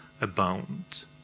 abound